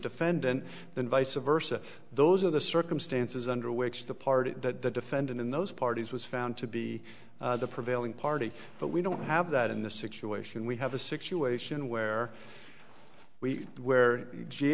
defendant than vice versa those are the circumstances under which the party that defendant in those parties was found to be the prevailing party but we don't have that in this situation we have a situation where we where g